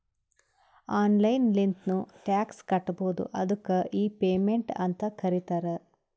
online ಲಿಂತ್ನು tax ಕಟ್ಬೋದು ಅದ್ದುಕ್ ಇ ಪೇಮೆಂಟ್ ಅಂತ್ ಕರೀತಾರ